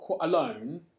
alone